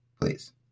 please